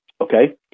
Okay